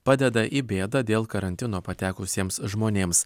padeda į bėdą dėl karantino patekusiems žmonėms